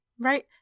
Right